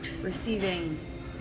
receiving